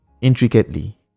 intricately